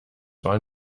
zwar